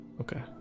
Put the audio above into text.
Okay